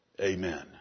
Amen